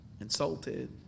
insulted